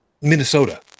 Minnesota